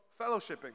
fellowshipping